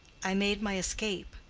i made my escape.